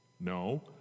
No